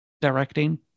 directing